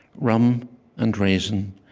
rum and raisin,